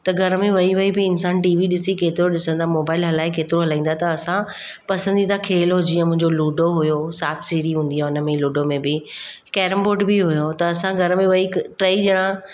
त घर में विही विही बि इंसान टीवी ॾिसी केतिरो ॾिसंदा मोबाइल हलाए केतिरो हलाईंदो आहे त असां पसंदीदा खेलु हुओ जीअं मुंहिंजो लूडो हुओ सापसीढ़ी हूंदी आहे उन में लूडो में बि कैरम बोर्ड बि हुओ त असां घर में विही टेई ॼणा